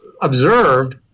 observed